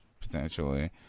potentially